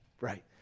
right